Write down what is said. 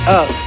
up